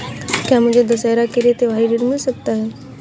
क्या मुझे दशहरा के लिए त्योहारी ऋण मिल सकता है?